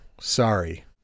sorry